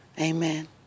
Amen